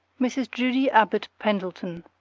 mrs. judy abbott pendleton,